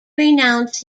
renounce